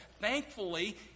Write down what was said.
Thankfully